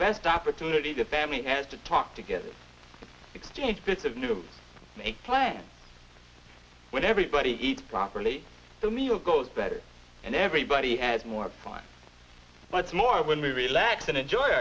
best opportunity the family has to talk together exchange bits of new make play with everybody eat properly so meal goes better and everybody has more fun but it's more when we relax and enjoy